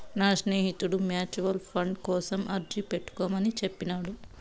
నా స్నేహితుడు mutual fund కోసం అర్జీ పెట్టుకోమని చెప్పినాడు